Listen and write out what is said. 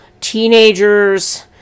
teenagers